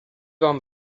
warm